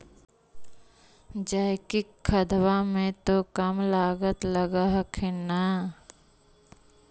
जैकिक खदबा मे तो कम लागत लग हखिन न?